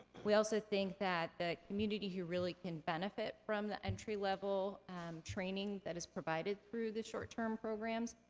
we also think that the community who really can benefit from the entry-level training that is provided through the short-term programs,